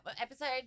episode